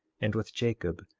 and with jacob,